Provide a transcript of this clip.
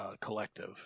collective